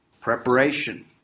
Preparation